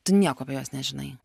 tu nieko apie juos nežinai